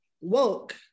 woke